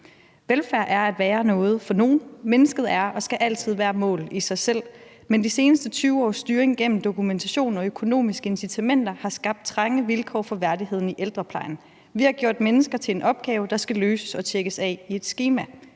»Velfærd er at være noget for nogen. Mennesket er og skal altid være et mål i sig selv. Men de seneste 20 års styring gennem dokumentation og økonomiske incitamenter har skabt trange vilkår for værdigheden i ældreplejen: Vi har gjort mennesker til en opgave, der skal løses og tjekkes af i et skema.